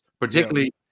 particularly